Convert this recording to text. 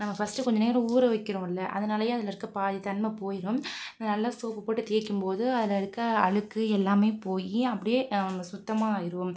நம்ம ஃபஸ்ட்டு கொஞ்ச நேரம் ஊற வைக்கிறோம்ல அதனாலயே அதிலருக்க பாதி தன்மை போயிடும் அதை நல்லா சோப்பு போட்டு தேய்க்கும் போது அதிலருக்க அழுக்கு எல்லாமே போய் அப்படியே சுத்தமாக ஆயிடும்